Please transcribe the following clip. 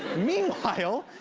meanwhile,